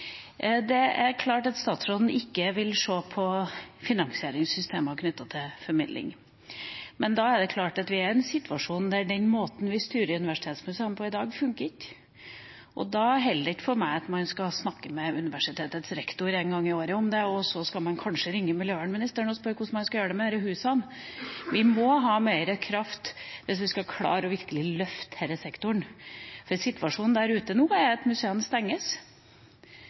Det er klart at statsråden ikke vil se på finansieringssystemet knyttet til formidling, men vi er i en situasjon der den måten vi styrer universitetsmuseene på i dag, ikke fungerer. Da holder det ikke for meg at man snakker med universitetets rektor en gang i året om det, og så ringer man kanskje miljøvernministeren og spør hvordan man skal gjøre det med husene. Vi må ha mer kraft hvis vi virkelig skal klare å løfte denne sektoren, for situasjonen der ute er nå at museene stenges